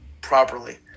properly